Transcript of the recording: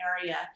area